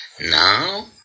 now